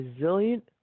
resilient